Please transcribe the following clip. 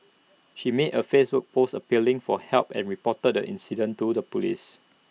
she made A Facebook post appealing for help and reported the incident to the Police